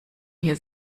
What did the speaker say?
hier